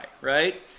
right